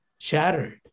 shattered